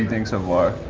think so far?